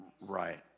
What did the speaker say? Right